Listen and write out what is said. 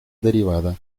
derivada